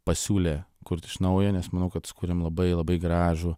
pasiūlė kurt iš naujo nes manau kad sukūrėm labai labai gražų